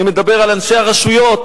אני מדבר על אנשי הרשויות.